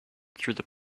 through